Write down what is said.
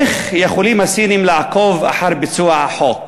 איך יכולים הסינים לעקוב אחר ביצוע החוק?